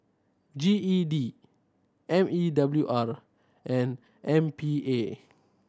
G E D M E W R and M P A